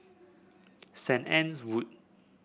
Saint Anne's Wood